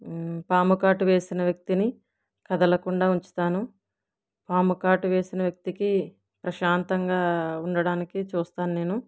పాము కాటు వేసిన వ్యక్తిని కదలకుండా ఉంచుతాను పాము కాటు వేసిన వ్యక్తికి ప్రశాంతంగా ఉండడానికి చూస్తాను నేను